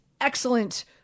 excellent